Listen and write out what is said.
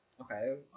Okay